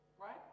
Right